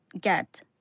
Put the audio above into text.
get